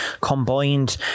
combined